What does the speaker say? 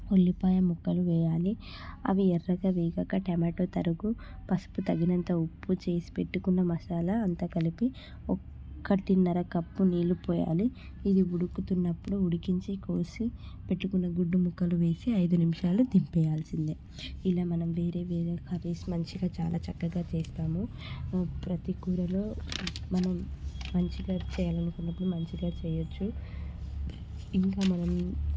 ఉల్లిపాయ ముక్కలు వేయాలి అవి ఎర్రగా వేగాక టమాటా తరుగు పసుపు తగినంత ఉప్పు చేసి పెట్టుకున్న మసాలా అంతా కలిపి ఒకటిన్నర కప్పు నీళ్లు పోయాలి ఇది ఉడుకుతున్నప్పుడు ఉడికించి కోసి పెట్టుకున్న గుడ్డు ముక్కలు వేసి ఐదు నిమిషాలు దింపేయాల్సిందే ఇలా మనం వేరే వేరే కర్రీస్ మంచిగా చాలా చక్కగా చేస్తాము ప్రతికూరలో మనం మంచిగా చెయ్యాలి అనుకున్నప్పుడు మంచిగా చేయవచ్చు ఇంకా మనం